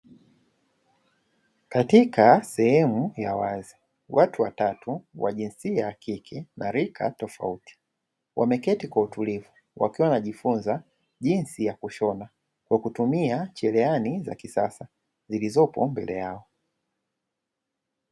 Katika sehemu ya wazi, watu watatu wa jinsia ya kike na rika tofauti wameketi kwa utulivu wakiwa wanajifunza jinsi ya kushona kwa kutumia cherehani za kisasa zilizopo mbele yao.